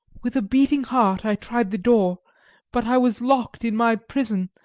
with a beating heart, i tried the door but i was locked in my prison,